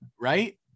right